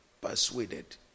persuaded